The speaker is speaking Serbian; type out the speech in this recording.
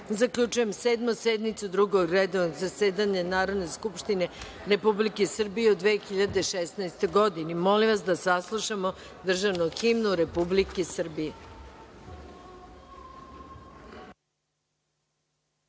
zaključujem Sedmu sednicu Drugog redovnog zasedanja Narodne skupštine Republike Srbije u 2016. godini. Molim da saslušamo državnu himnu Republike